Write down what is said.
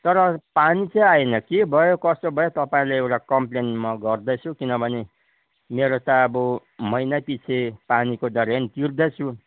तर पानी चाहिँ आएन के भयो कसो भयो तपाईँलाई एउटा कम्पलेन म गर्दैछु किनभने मेरो त अब महिना पछि पानीको त रेन्ट तिर्दैछु